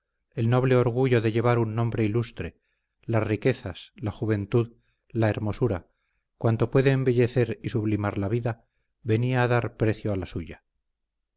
el noble orgullo de llevar un nombre ilustre las riquezas la juventud la hermosura cuanto puede embellecer y sublimar la vida venía a dar precio a la suya